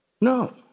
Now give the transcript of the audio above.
No